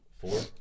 Four